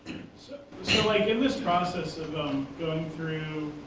so like in this process of um going through,